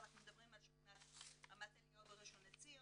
אנחנו מדברים על שכונת רמת אליהו בראשון לציון,